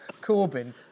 Corbyn